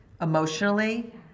emotionally